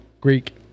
Greek